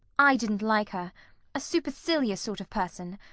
i didn't like her a supercilious sort of person.